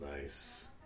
nice